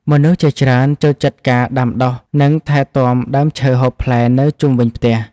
មនុស្សជាច្រើនចូលចិត្តការដាំដុះ និងថែទាំដើមឈើហូបផ្លែនៅជុំវិញផ្ទះ។